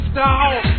down